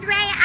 Ray